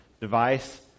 device